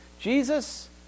Jesus